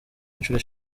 inshuro